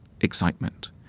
excitement